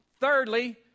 Thirdly